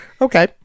okay